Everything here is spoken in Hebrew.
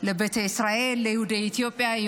לביתא ישראל, ליהודי אתיופיה.